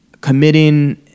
committing